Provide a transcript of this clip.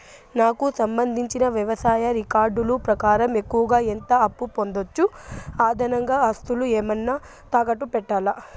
నాకు సంబంధించిన వ్యవసాయ రికార్డులు ప్రకారం ఎక్కువగా ఎంత అప్పు పొందొచ్చు, అదనంగా ఆస్తులు ఏమన్నా తాకట్టు పెట్టాలా?